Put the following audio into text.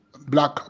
Black